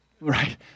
right